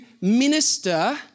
minister